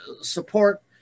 support